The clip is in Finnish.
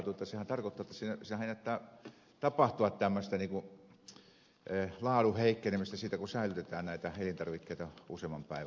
sehän tarkoittaa jotta siinähän ennättää tapahtua tämmöistä laadun heikkenemistä kun säilytetään näitä elintarvikkeita useamman päivän